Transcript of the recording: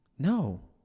No